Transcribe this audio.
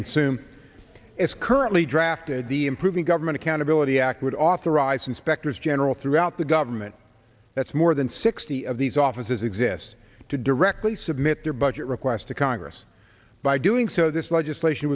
consume is currently drafted the improving government accountability act would authorize inspectors general throughout the government that's more than sixty of these offices exists to directly submit their budget requests to congress by doing so this legislation